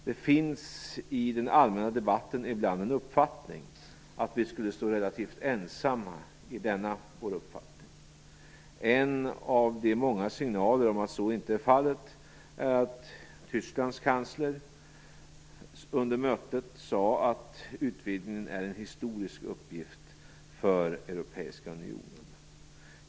Det finns i den allmänna debatten ibland en uppfattning att vi skulle stå relativt ensamma i denna vår uppfattning. En av de många signaler om att så inte är fallet är att Tysklands kansler under mötet sade att utvidgningen är en historisk uppgift för Europeiska unionen.